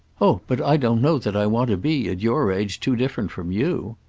oh but i don't know that i want to be, at your age, too different from you!